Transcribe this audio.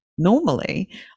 normally